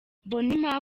mbonimpa